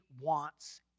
wants